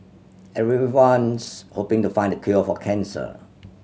everyone's hoping to find the cure for cancer